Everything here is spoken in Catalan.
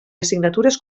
assignatures